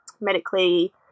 medically